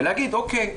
ולהגיד: אוקיי,